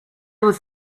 was